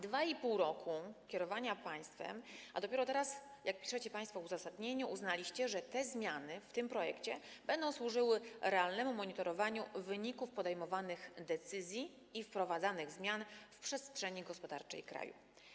2,5 roku kierowania państwem, a dopiero teraz, jak piszecie państwo w uzasadnieniu, uznaliście, że zmiany w tym projekcie będą służyły realnemu monitorowaniu wyników podejmowanych decyzji i wprowadzanych zmian w przestrzeni gospodarczej kraju.